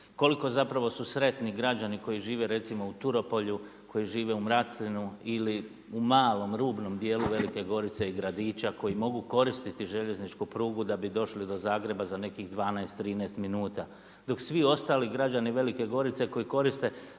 Koliko zapravo su sretni građani koji žive recimo u Turopolju, koji žive u Mracljenu ili u malom rubnom dijelu Velike Gorice i Gradića koji mogu koristiti željezničku prugu da bi došli do Zagreba za nekih 12, 13 minuta dok svi ostali građani Velike Gorice koji koriste